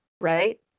Right